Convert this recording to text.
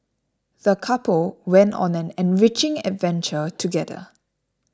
the couple went on an enriching adventure together